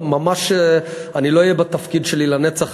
אני לא אהיה בתפקיד שלי לנצח.